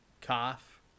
cough